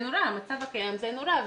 המצב הקיים זה נורא.